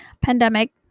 pandemic